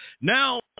Now